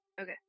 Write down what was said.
okay